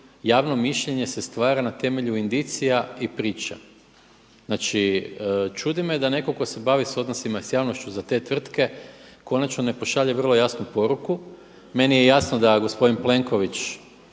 javno mišljenje se stvara na temelju indicija i priča. Znači čudi me da neko tko se bavi s odnosima s javnošću za te tvrtke konačno ne pošalje vrlo jasnu poruku. Meni je jasno da gospodin Plenković